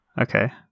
okay